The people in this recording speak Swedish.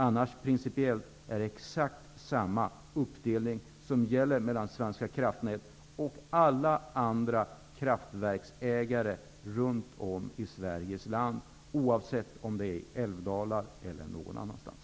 Annars är det samma uppdelning som gäller mellan Svenska kraftnät och alla andra kraftverksägare runt om i Sveriges land, oavsett om det är i älvdalar eller någon annanstans.